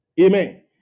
Amen